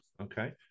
okay